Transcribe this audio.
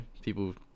people